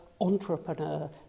entrepreneur